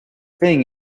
thing